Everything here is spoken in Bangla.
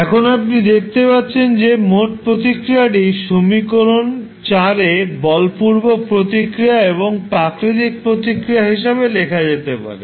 এখন আপনি দেখতে পাচ্ছেন যে মোট প্রতিক্রিয়াটি সমীকরণ এ বলপূর্বক প্রতিক্রিয়া এবং প্রাকৃতিক প্রতিক্রিয়া হিসাবে লেখা যেতে পারে